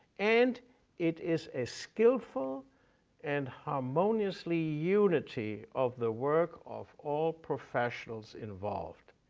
and it is a skillful and harmoniously unity of the work of all professionals involved,